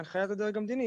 בהנחיית הדרג המדיני,